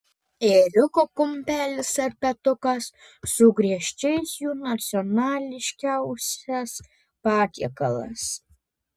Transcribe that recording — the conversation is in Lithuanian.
ėriuko kumpelis ar petukas su griežčiais jų nacionališkiausias patiekalas